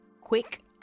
quick